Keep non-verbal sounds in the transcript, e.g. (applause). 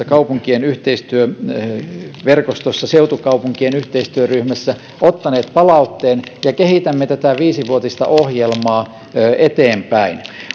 (unintelligible) kaupunkien yhteistyöverkostossa ja seutukaupunkien yhteistyöryhmässä ottaneet palautteen ja kehitämme tätä viisivuotista ohjelmaa eteenpäin